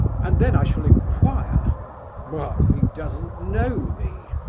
and then i shall inquire what, he doesn't know me!